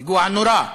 פיגוע נורא,